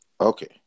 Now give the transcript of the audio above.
Okay